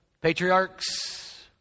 patriarchs